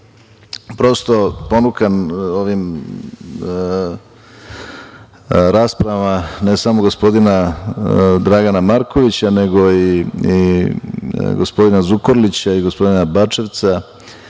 prosto ponukan ovim raspravama, ne samo gospodina Dragana Markovića, nego i gospodina Zukorlića i gospodina Bačevca,